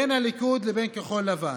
בין הליכוד לבין כחול לבן.